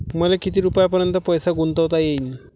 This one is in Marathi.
मले किती रुपयापर्यंत पैसा गुंतवता येईन?